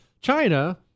China